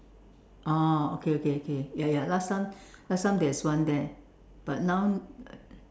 oh okay okay okay ya ya last time last time there was one there but now